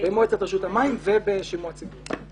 במועצת רשות המים ובשימוע הציבור.